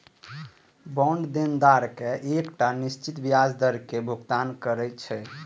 bond देनदार कें एकटा निश्चित ब्याज दर के भुगतान करै छै